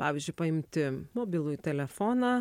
pavyzdžiui paimti mobilųjį telefoną